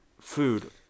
food